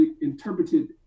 interpreted